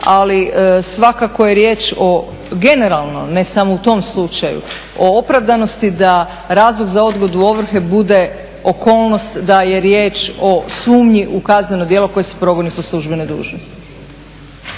ali svakako je riječ o generalno, ne samo u tom slučaju, o opravdanosti da razlog za odgodu ovrhe bude okolnost da je riječ o sumnji u kazneno djelo koje se progoni po službenoj dužnosti.